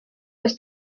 was